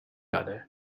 other